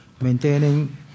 maintaining